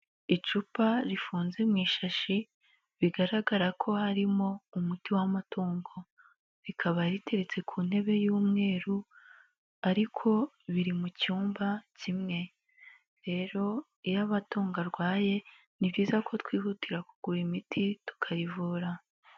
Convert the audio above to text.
Icupa rifunze mu ishashi bigaragara ko harimo umuti w'amatungo, rikaba riteretse ku ntebe y'umweru ariko biri mu cyumba kimwe, rero iyo amatungo arwaye ni byiza ko twihutira kugura imiti tukayivura.